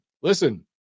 listen